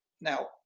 Now